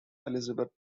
elizabeth